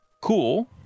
cool